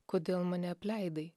kodėl mane apleidai